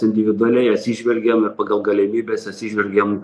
individualiai atsižvelgiam ir pagal galimybes atsižvelgiam